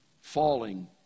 falling